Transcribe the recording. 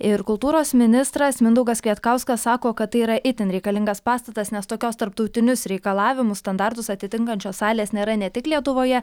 ir kultūros ministras mindaugas kvietkauskas sako kad tai yra itin reikalingas pastatas nes tokios tarptautinius reikalavimus standartus atitinkančios salės nėra ne tik lietuvoje